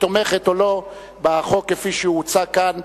תומכת או לא בחוק כפי שהוא הוצג כאן.